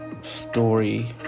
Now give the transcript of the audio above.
story